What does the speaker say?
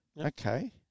Okay